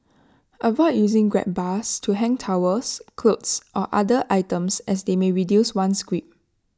avoid using grab bars to hang towels clothes or other items as they may reduce one's grip